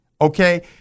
okay